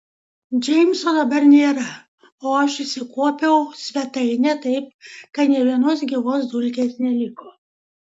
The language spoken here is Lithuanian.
džeimso dabar nėra o aš išsikuopiau svetainę taip kad nė vienos gyvos dulkės neliko